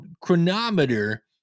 Chronometer